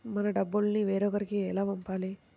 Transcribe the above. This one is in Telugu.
మన డబ్బులు వేరొకరికి ఎలా పంపాలి?